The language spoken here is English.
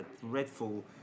dreadful